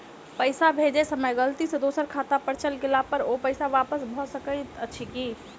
पैसा भेजय समय गलती सँ दोसर खाता पर चलि गेला पर ओ पैसा वापस भऽ सकैत अछि की?